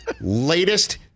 Latest